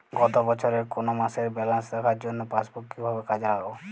গত বছরের কোনো মাসের ব্যালেন্স দেখার জন্য পাসবুক কীভাবে কাজে লাগাব?